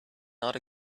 not